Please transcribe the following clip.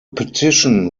petition